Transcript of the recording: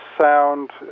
sound